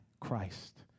Christ